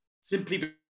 Simply